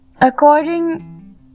According